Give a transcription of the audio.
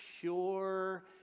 pure